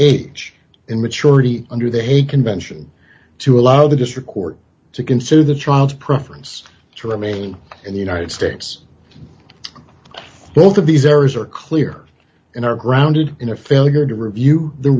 age in maturity under the hague convention to allow the district court to consider the child's preference to remain in the united states both of these errors are clear and are grounded in a failure to review the